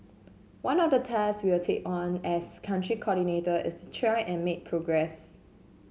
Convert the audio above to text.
one of the tasks we'll take on as Country Coordinator is to try and make progress